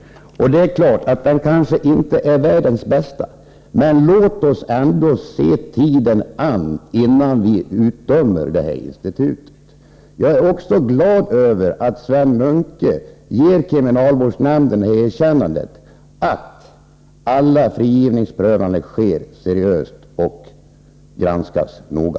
Den kanske inte är världens bästa, men låt oss ändå se tiden an innan vi utdömer detta institut. Jag är vidare glad över att Sven Munke ger kriminalvårdsnämnden det erkännandet att alla frigivningsprövningar sker seriöst och granskas noga.